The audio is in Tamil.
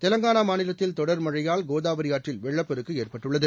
தெலங்கானா மாநிலத்தில் தொடர்மழையால் கோதாவரி ஆற்றில் வெள்ளப்பெருக்கு ஏற்பட்டுள்ளது